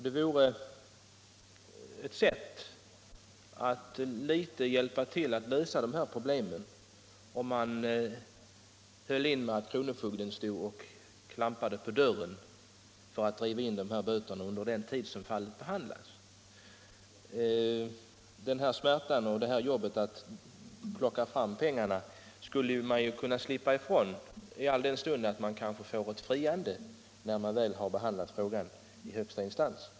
Det vore ett sätt att hjälpa till att lösa dessa problem om man medan fallet ännu behandlas lät bli att låta kronofogden stå och klappa på dörren för att driva in böterna. Bekymren med att plocka fram pengarna skulle företagaren kunna slippa från om han får ett frikännande i högsta instans.